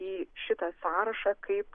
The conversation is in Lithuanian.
į šitą sąrašą kaip